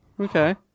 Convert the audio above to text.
Okay